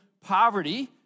poverty